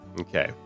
Okay